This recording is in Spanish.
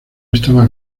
estaba